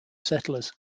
settlers